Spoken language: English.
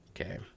Okay